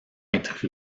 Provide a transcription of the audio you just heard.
être